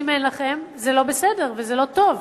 אם אין לכם זה לא בסדר וזה לא טוב,